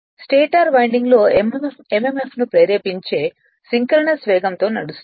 stator వైండింగ్లో emf ను ప్రేరేపించే సింక్రోనస్ వేగంతో నడుస్తుంది